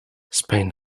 spain